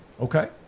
Okay